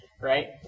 right